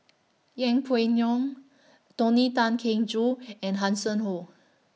Yeng Pway Ngon Tony Tan Keng Joo and Hanson Ho